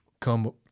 come